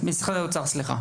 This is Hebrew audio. בבקשה.